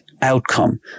outcome